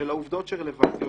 של העובדות שרלוונטיות,